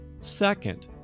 Second